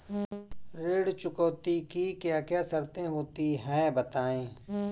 ऋण चुकौती की क्या क्या शर्तें होती हैं बताएँ?